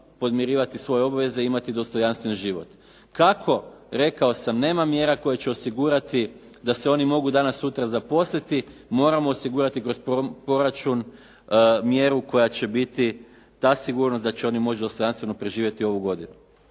podmirivati svoje obveze i imati dostojanstven život. Kako? Rekao sam nema mjera koje će osigurati da se oni mogu danas sutra zaposliti, moramo osigurati kroz proračun mjeru koja će biti ta sigurnost da će oni moći dostojanstveno preživjeti ovu godinu.